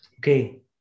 okay